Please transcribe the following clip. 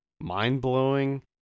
mind-blowing